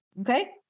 Okay